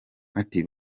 ati